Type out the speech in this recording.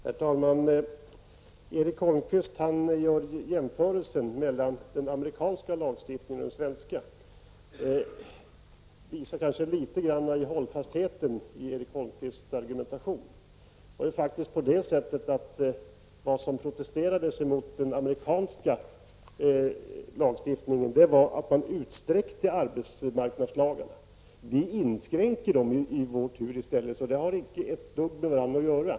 Herr talman! Erik Holmkvist gör en jämförelse mellan den amerikanska lagstiftningen och den svenska. Det visar kanske litet grand hållfastheten i Erik Holmkvists argumentation. Det man protesterade emot i den amerikanska lagstiftningen var att arbetsmarknadslagarnas räckvidd utsträcktes. Vi inskränker för vår del i stället dessa lagar. Dessa saker har inte ett dugg med varandra att göra.